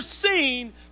seen